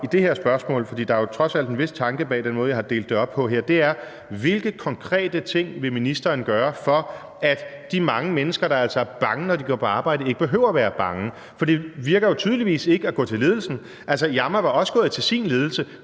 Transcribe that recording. i det her spørgsmål, for der er jo trods alt en vis tanke bag den måde, jeg har delt det op på her, er: Hvilke konkrete ting vil ministeren gøre, for at de mange mennesker, der altså er bange, når de går på arbejde, ikke behøver at være bange? For det virker jo tydeligvis ikke at gå til ledelsen. Altså, Yamma var også gået til sin ledelse.